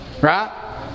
Right